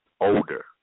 older